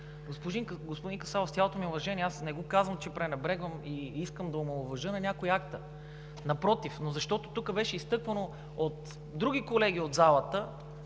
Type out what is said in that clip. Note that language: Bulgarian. Господин Касабов, с цялото ми уважение, аз не го казвам, че пренебрегвам и искам да омаловажа на някого акта. Напротив, но защото тук беше изтъквано от други колеги от залата